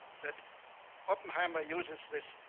that oppenheimer uses this